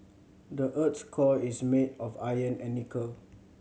the earth's core is made of iron and nickel